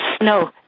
No